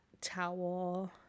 towel